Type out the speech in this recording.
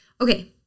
Okay